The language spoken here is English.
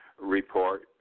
report